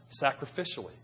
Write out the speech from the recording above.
sacrificially